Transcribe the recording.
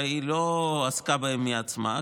הרי היא לא עסקה בהם בעצמה.